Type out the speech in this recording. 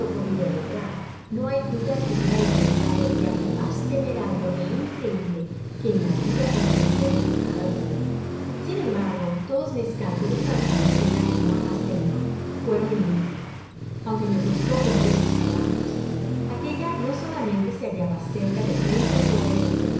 podido lograr no hay duda que hubiera intentado el viaje mas temerario ó increible que en la vida emprendiera mortal alguno sin embargo todos mis cálculos para conducir la cauoa hasta el mar fueron inútiles aunque me costó inmensos trabajos aquella no solamente se hallaba cerca de treinta toesas del mar sino que